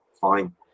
fine